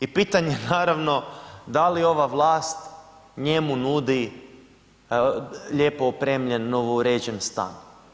I pitanje naravno, da li ova vlat njemu nudi lijepo opremljen, novouređen stan?